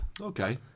Okay